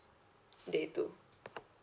day two